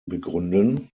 begründen